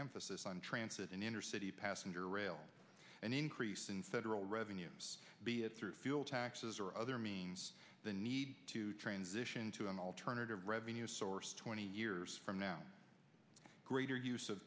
emphasis on transit in inner city passenger rail and increase in federal revenues be it through fuel taxes or other means the need to transition to an alternative revenue source twenty years from now greater